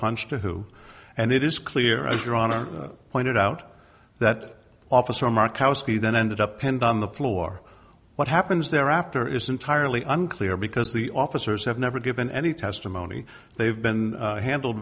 punch to who and it is clear as your honor pointed out that officer mark koski then ended up pinned on the floor what happens there after is entirely unclear because the officers have never given any testimony they've been handled